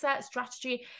strategy